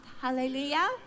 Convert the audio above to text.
hallelujah